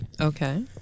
Okay